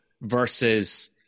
versus